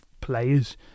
players